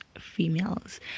females